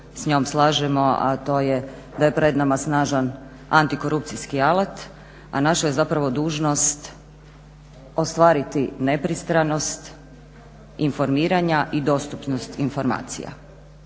s njom slažemo, a to je da je pred nama snažan antikorupcijski alat a naša je zapravo dužnost ostvariti nepristranost informiranja i dostupnost informacija.